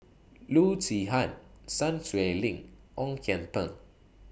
Loo Zihan Sun Xueling Ong Kian Teng